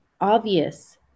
obvious